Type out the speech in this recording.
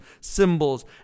symbols